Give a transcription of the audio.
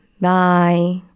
Bye